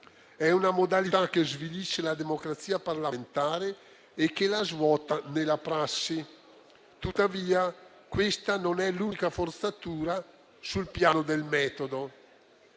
È una modalità che svilisce la democrazia parlamentare e che la svuota nella prassi. Tuttavia, questa non è l'unica forzatura sul piano del metodo.